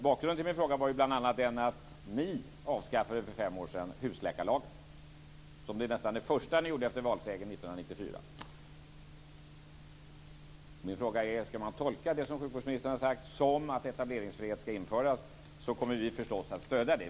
Bakgrunden till min fråga var bl.a. den att ni för fem år sedan avskaffade husläkarlagen, som nästan det första ni gjorde efter valsegern 1994. Min fråga är: Skall man tolka det som sjukvårdsministern har sagt som att etableringsfrihet skall införas? Då kommer vi naturligtvis att stödja det.